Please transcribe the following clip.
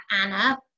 Anna